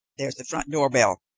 there's the front-door bell.